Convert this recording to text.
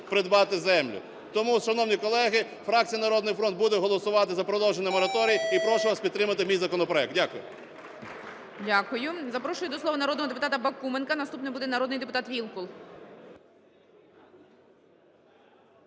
придбати землю. Тому, шановні колеги, фракція "Народний фронт" буде голосувати за продовжений мораторій і прошу вас підтримати мій законопроект. Дякую. ГОЛОВУЮЧИЙ. Дякую. Запрошую до слова народного депутата Бакуменка. Наступний буде народний депутат Вілкул.